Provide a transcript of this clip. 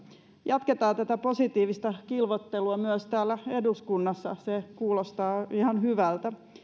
jatketaan tätä positiivista kilvoittelua myös täällä eduskunnassa se kuulostaa ihan hyvältä